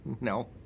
No